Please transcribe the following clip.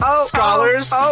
scholars